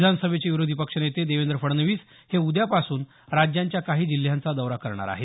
विधानसभेचे विरोधी पक्षनेते देवेंद्र फडणवीस हे उद्यापासून राज्यांच्या काही जिल्ह्यांचा दौरा करणार आहेत